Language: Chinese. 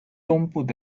东部